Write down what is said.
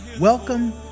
Welcome